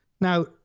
Now